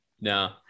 No